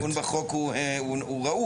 העיגון בחוק הוא ראוי